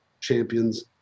Champions